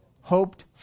hoped